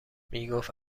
میگفت